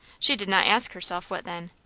she did not ask herself what then.